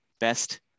best